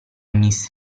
miss